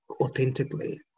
authentically